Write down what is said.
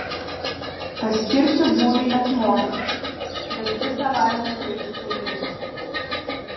paskirsiu būriui etmoną bet visą valią turėsite jūs